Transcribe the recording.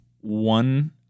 one